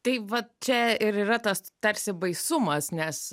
tai vat čia ir yra tas tarsi baisumas nes